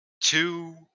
two